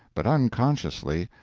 but unconsciously,